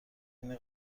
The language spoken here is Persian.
یعنی